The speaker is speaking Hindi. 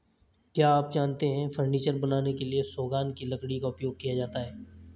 क्या आप जानते है फर्नीचर बनाने के लिए सागौन की लकड़ी का उपयोग किया जाता है